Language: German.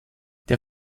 der